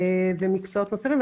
ומקצועות נוספים.